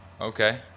Okay